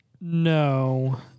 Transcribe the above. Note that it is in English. No